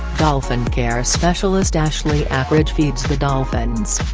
dolphin care specialist ashley acridge feeds the dolphins.